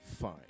Fine